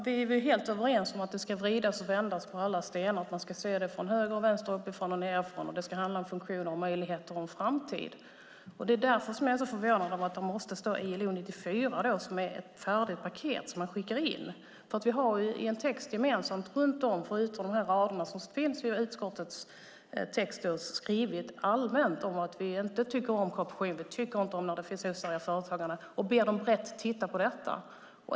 Fru talman! Vi är helt överens om att det ska vridas och vändas på alla stenar och att man ska se det från höger och vänster, uppifrån och nedifrån, och det ska handla om funktioner, möjligheter och en framtid. Det är därför som jag är så förvånad över att det måste stå ILO 94, som är ett färdigt paket som man skickar in. Vi har ju i utskottets text gemensamt, förutom de här raderna, skrivit allmänt att vi inte tycker om korruption och inte tycker om oseriösa företagare och ber dem titta på detta.